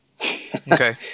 okay